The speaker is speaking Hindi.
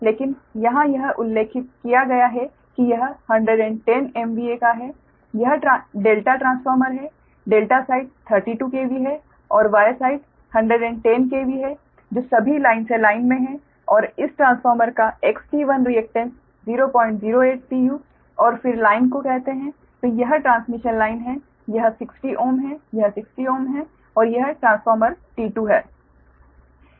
लेकिन यहाँ यह उल्लेख किया गया है कि यह 110 MVA का है यह ∆ ट्रांसफॉर्मर है ∆ साइड 32 KV है और Y साइड 110 KV है जो सभी लाइन से लाइन में हैं और इस ट्रांसफॉर्मर का XT1 रीएक्टेंस 008pu और फिर लाइन को कहते है तो यह ट्रांसमिशन लाइन है यह 60Ω है यह 60Ω है और यह ट्रांसफार्मर T2 है